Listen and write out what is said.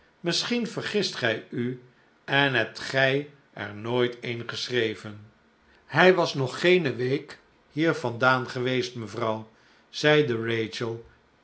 misschien vergist gij u en hebt gij er nooit een geschreven hij was nog geene week hier vandaan geweest mevrouw zeide